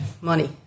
Money